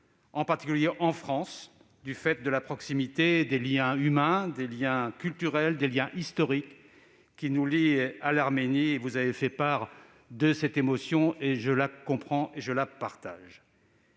en particulier en France, du fait de la proximité des liens humains, des liens culturels, des liens historiques qui nous lient à l'Arménie. Vous avez fait part de cette émotion, que je comprends et que je partage.